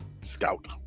Scout